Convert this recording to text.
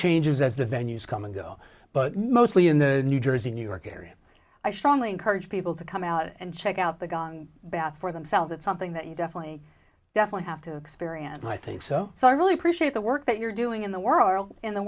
changes as the venues come and go but mostly in the new jersey new york area i strongly encourage people to come out and check out the gong bath for themselves it's something that you definitely definitely have to experience and i think so so i really appreciate the work that you're doing in the world in the